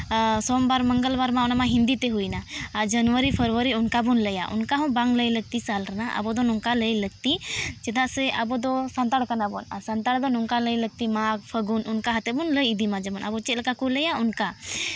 ᱟᱨ ᱥᱚᱢᱵᱟᱨ ᱢᱚᱝᱜᱚᱞᱵᱟᱨ ᱢᱟ ᱚᱱᱟᱢᱟ ᱦᱤᱱᱫᱤᱛᱮ ᱦᱩᱭᱱᱟ ᱟᱨ ᱡᱟᱹᱱᱩᱣᱟᱹᱨᱤ ᱯᱷᱮᱵᱽᱨᱩᱣᱟᱨᱤ ᱚᱱᱠᱟ ᱵᱚᱱ ᱞᱟᱹᱭᱟ ᱚᱱᱠᱟᱦᱚᱸ ᱵᱟᱝ ᱞᱟᱹᱭ ᱞᱟᱹᱠᱛᱤ ᱥᱟᱞ ᱨᱮᱱᱟᱜ ᱟᱵᱚ ᱫᱚ ᱱᱚᱝᱠᱟ ᱞᱟᱹᱭ ᱞᱟᱹᱠᱛᱤ ᱪᱮᱫᱟᱜ ᱥᱮ ᱟᱵᱚ ᱫᱚ ᱥᱟᱱᱛᱟᱲ ᱠᱟᱱᱟ ᱵᱚᱱ ᱟᱨ ᱥᱟᱱᱛᱟᱲ ᱫᱚ ᱱᱚᱝᱠᱟ ᱞᱟᱹᱭ ᱞᱟᱹᱠᱛᱤ ᱢᱟᱜᱽ ᱯᱷᱟᱹᱜᱩᱱ ᱚᱱᱠᱟ ᱠᱟᱛᱮᱫ ᱵᱚᱱ ᱞᱟᱹᱭ ᱤᱫᱤᱢᱟ ᱡᱮᱢᱚᱱ ᱟᱵᱚ ᱪᱮᱫᱠᱟ ᱠᱚ ᱞᱟᱹᱭᱟ ᱚᱱᱠᱟ